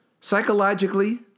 Psychologically